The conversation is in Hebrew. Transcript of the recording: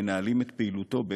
הם מנהלים את פעילותו.